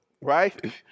Right